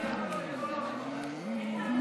אז רגע,